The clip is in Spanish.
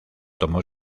tomó